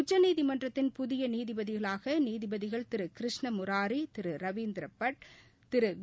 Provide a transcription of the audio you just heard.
உச்சநீதிமன்றத்தின் புதிய நீதிபதிகளாக நீதிபதிகள் திரு கிருஷ்ண முராரி திரு ரவிந்திர பட் திரு வி